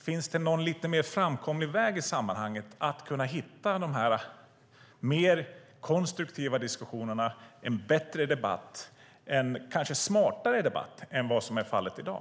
Finns det någon lite mer framkomlig väg för att hitta mer konstruktiva diskussioner och få en bättre och kanske smartare debatt än vad som är fallet i dag?